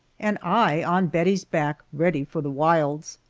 and i on bettie's back ready for the wilds.